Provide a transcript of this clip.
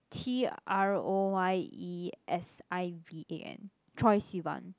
T R O Y E S I V A N Troye Sivan